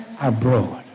abroad